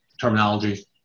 terminology